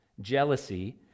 jealousy